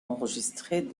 enregistrer